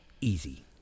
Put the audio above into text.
Easy